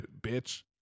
bitch